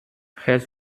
hält